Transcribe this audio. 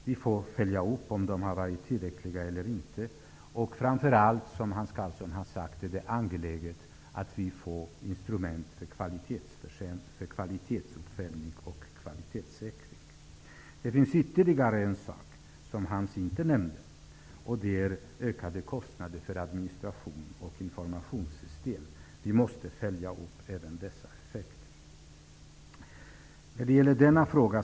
Vi måste följa upp detta och se om de varit tillräckliga eller inte. Framför allt är det viktigt att vi får instrument för kvalitetsuppföljning och kvalitetssäkring, precis som Hans Karlsson sade. Det finns ytterligare en sak, som Hans Karlsson inte nämnde: ökade kostnader för administration och informationssystem. Vi måste följa upp även dessa effekter.